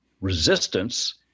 resistance